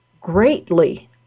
greatly